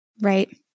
Right